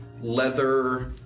leather